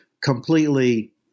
completely